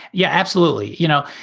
yeah, absolutely. you know,